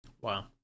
Wow